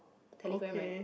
Telegram [right]